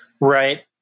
Right